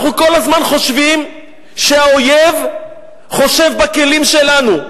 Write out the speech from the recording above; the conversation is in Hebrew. אנחנו כל הזמן חושבים שהאויב חושב בכלים שלנו.